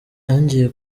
yongeye